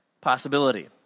possibility